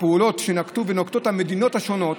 הפעולות שנקטו ונוקטות המדינות השונות